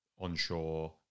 onshore